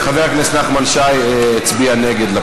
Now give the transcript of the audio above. ולפרוטוקול: חבר הכנסת נחמן שי הצביע נגד.